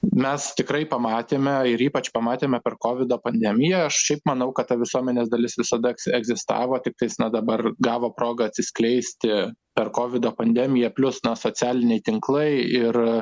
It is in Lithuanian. mes tikrai pamatėme ir ypač pamatėme per kovido pandemiją aš šiaip manau kad ta visuomenės dalis visada egzistavo tiktai dabar gavo progą atsiskleisti per kovido pandemiją plius na socialiniai tinklai ir